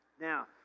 Now